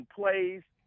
plays